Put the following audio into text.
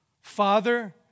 Father